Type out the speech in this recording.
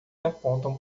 apontam